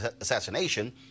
assassination